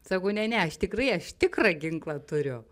sakau ne ne aš tikrai aš tikrą ginklą turiu